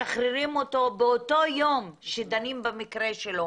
משחררים אותו באותו יום שדנים במקרה שלו,